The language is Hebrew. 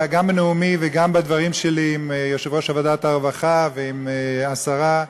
גם בנאומי וגם בדברים שלי עם יושב-ראש ועדת הרווחה ועם השרה,